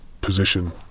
position